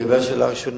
לגבי השאלה הראשונה,